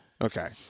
okay